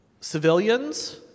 civilians